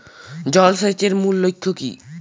জল সেচের মূল লক্ষ্য কী?